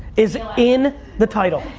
is in the title.